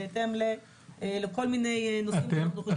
בהתאם לכל מיני נושאים שאנחנו חושבים